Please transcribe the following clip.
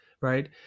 right